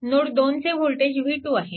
node 2 चे voltage v2 आहे